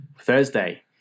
Thursday